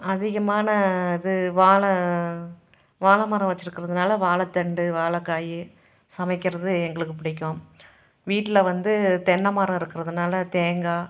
அதிகமான இது வாழை வாழைமரம் வச்சிருக்கறதுனால் வாழைத்தண்டு வாழைக்காயி சமைக்கின்றது எங்களுக்குப் பிடிக்கும் வீட்டில் வந்து தென்னை மரம் இருக்கறதுனால் தேங்காய்